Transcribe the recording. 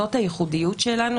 זאת הייחודיות שלנו.